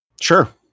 Sure